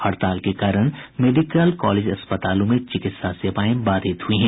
हड़ताल के कारण मेडिकल कॉलेज अस्पतालों में चिकित्सा सेवाएं बाधित हुई हैं